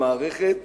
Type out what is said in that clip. המערכת